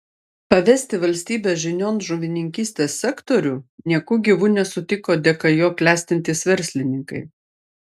pavesti valstybės žinion žuvininkystės sektorių nieku gyvu nesutiko dėka jo klestintys verslininkai